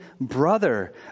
brother